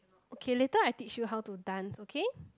okay later I teach you how to dance okay